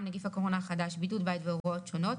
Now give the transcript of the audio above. נגיף הקורונה החדש בידוד בית והוראות שונות,